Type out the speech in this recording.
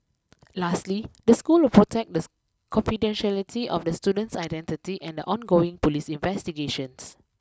lastly the school will protect the confidentiality of the student's identity and the ongoing police investigations